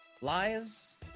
lies